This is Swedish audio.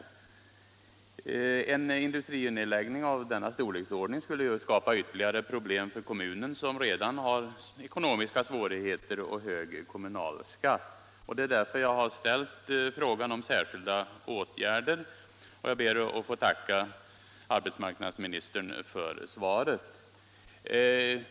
En industrinedläggning av denna stor Ileksordning skulle skapa ytterligare problem för kommunen, som redan har ekonomiska svårigheter och hög kommunalskatt. Därför har jag ställt frågan om särskilda åtgärder, och jag ber att få tacka arbetsmarknadsministern för svaret.